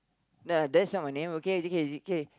uh that's not my name okay okay okay